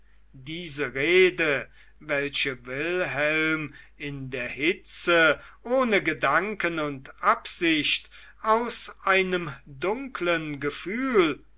diese rede welche wilhelm in der hitze ohne gedanken und absicht aus einem dunklen gefühl